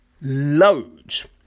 Loads